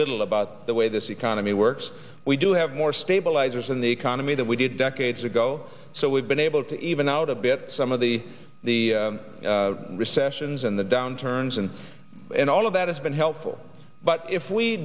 little about the way this economy works we do have more stabilizers in the economy that we did decades ago so we've been able to even out a bit some of the the recessions and the downturns and and all of that has been helpful but if we